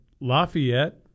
Lafayette